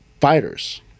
fighters